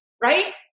right